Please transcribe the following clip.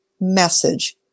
message